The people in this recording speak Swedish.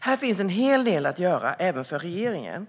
Här finns en hel del att göra även för regeringen.